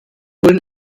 wollen